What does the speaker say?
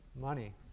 money